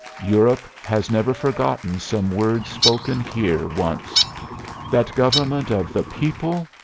europe has never forgotten some words spoken here once that government of the people,